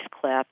clip